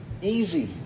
easy